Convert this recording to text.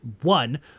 one